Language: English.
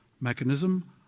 mechanism